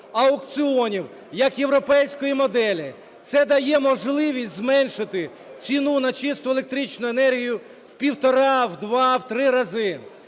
аукціонів як європейської моделі. Це дає можливість зменшити ціну на чисту електричну енергію в 1,5, в 2, в 3 рази.